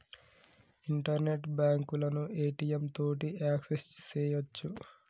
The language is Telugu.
ఇంటర్నెట్ బాంకులను ఏ.టి.యం తోటి యాక్సెస్ సెయ్యొచ్చు